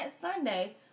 Sunday